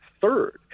third